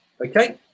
Okay